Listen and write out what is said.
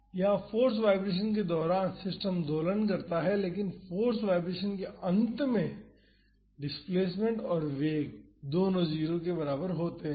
यहां force vibration के दौरान सिस्टम दोलन करता है लेकिन फाॅर्स वाईब्रेशन के अंत में डिस्प्लेसमेंट और वेग दोनों 0 के बराबर होते हैं